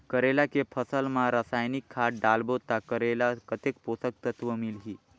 करेला के फसल मा रसायनिक खाद डालबो ता करेला कतेक पोषक तत्व मिलही?